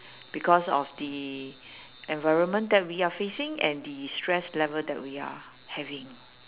because of the environment we are facing and the stress level that we are having